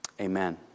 amen